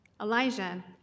Elijah